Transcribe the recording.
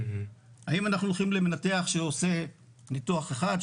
האם אנחנו הולכים למנתח שעושה ניתוח אחד,